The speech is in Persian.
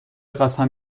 قسم